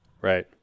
Right